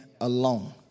alone